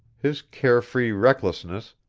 his care-free recklessness,